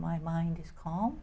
my mind is cal